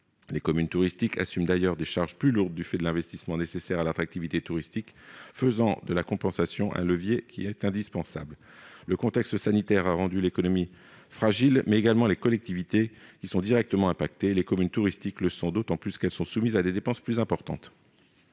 Les communes touristiques assument d'ailleurs des charges plus lourdes du fait de l'investissement nécessaire à l'attractivité touristique, faisant de la compensation un levier indispensable. Le contexte sanitaire a rendu l'économie fragile, mais également les collectivités, qui sont directement affectées. Les communes touristiques le sont d'autant plus qu'elles sont soumises à des dépenses plus importantes.